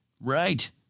Right